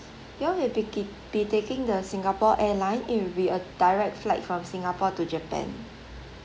you all will be take be taking the singapore airline it will be a direct flight from singapore to japan